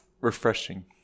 Refreshing